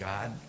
God